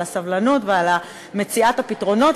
על הסבלנות ועל מציאת הפתרונות,